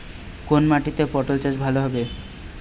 কোন মাটিতে পটল চাষ ভালো হবে?